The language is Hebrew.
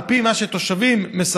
על פי מה שתושבים מספרים,